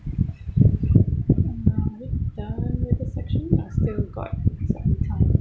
I know we're done with the section but still got some time